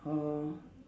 orh